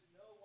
no